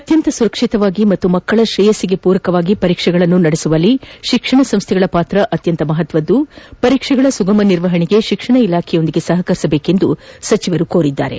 ಅತ್ಯಂತ ಸುರಕ್ಷಿತವಾಗಿ ಹಾಗೂ ಮಕ್ಕಳ ಶ್ರೇಯಸ್ಸಿಗೆ ಪೂರಕವಾಗಿ ಪರೀಕ್ಷೆಗಳನ್ನು ನಡೆಸುವಲ್ಲಿ ಶಿಕ್ಷಣ ಸಂಸ್ದೆಗಳ ಪಾತ್ರ ಅತ್ಯಂತ ಮಹತ್ವದ್ದಾಗಿದ್ದು ಪರೀಕ್ಷೆಗಳ ಸುಗಮ ನಿರ್ವಹಣೆಗೆ ಶಿಕ್ಷಣ ಇಲಾಖೆಯೊಂದಿಗೆ ಸಹಕರಿಸಬೇಕು ಎಂದು ಸಚಿವರು ಕೋರಿದ್ದಾರೆ